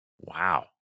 Wow